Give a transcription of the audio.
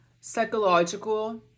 psychological